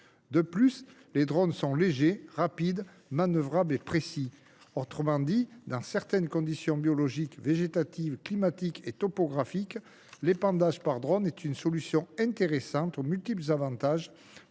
De surcroît, les drones sont légers, rapides, manœuvrables et précis. Autrement dit, dans certaines conditions biologiques, végétatives, climatiques et topographiques, l’épandage par drone est une solution intéressante, dont les avantages